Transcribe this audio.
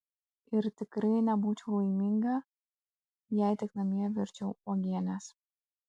ir tikrai nebūčiau laiminga jei tik namie virčiau uogienes